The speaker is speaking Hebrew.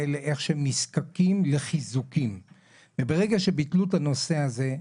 מה שחל על אזרחי ישראל לא צריך לחול על עובד זר.